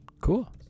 Cool